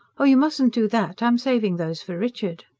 oh, you mustn't do that. i'm saving those for richard.